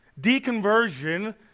Deconversion